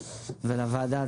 ולוועדה,